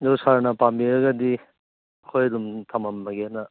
ꯑꯗꯨ ꯁꯥꯔꯅ ꯄꯥꯝꯕꯤꯔꯒꯗꯤ ꯑꯩꯈꯣꯏ ꯑꯗꯨꯝ ꯊꯃꯝꯃꯒꯦꯅ